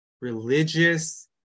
religious